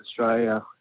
Australia